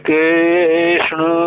Krishna